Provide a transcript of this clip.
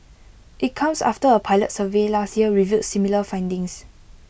IT comes after A pilot survey last year revealed similar findings